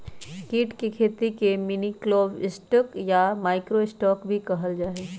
कीट के खेती के मिनीलिवस्टॉक या माइक्रो स्टॉक भी कहल जाहई